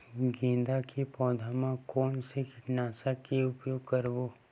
गेंदा के पौधा म कोन से कीटनाशक के उपयोग करबो?